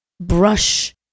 brush